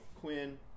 Quinn